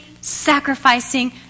sacrificing